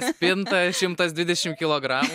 spinta šimtas dvidešim kilogramų